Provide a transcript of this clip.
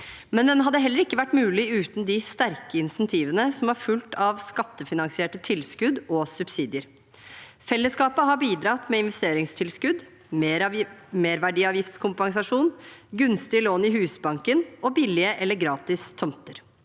men den hadde heller ikke vært mulig uten de sterke insentivene som har fulgt av skattefinansierte tilskudd og subsidier. Fellesskapet har bidratt med investeringstilskudd, merverdiavgiftskompensasjon, gunstige lån i Husbanken og billige eller gratis tomter.